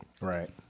right